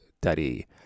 daddy